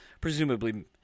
presumably